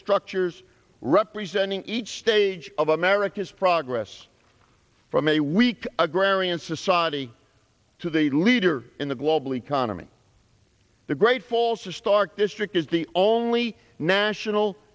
structures representing each stage of america's progress from a weak agrarian society to the leader in the global economy the great falls are stark district is the only national